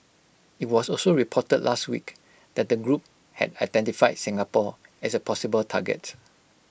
IT was also reported last week that the group had identified Singapore as A possible target